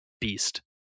beast